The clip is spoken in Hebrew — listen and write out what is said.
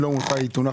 חתומה,